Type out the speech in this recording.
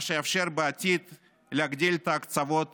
מה שיאפשר בעתיד להגדיל את ההקצבות